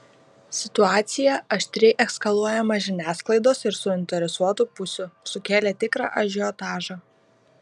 situacija aštriai eskaluojama žiniasklaidos ir suinteresuotų pusių sukėlė tikrą ažiotažą